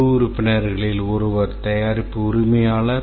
குழு உறுப்பினர்களில் ஒருவர் தயாரிப்பு உரிமையாளர்